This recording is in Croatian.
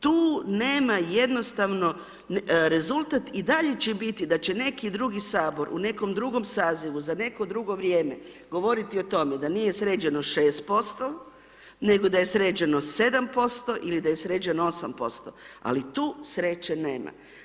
Tu nema jednostavno, rezultat i dalje će biti da će neki drugi Sabor u nekom drugom sazivu za neko drugo vrijeme govoriti o tome da nije sređeno 6% nego da je sređeno 7% ili da je sređeno 8%, ali tu sreće nema.